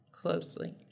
closely